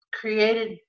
created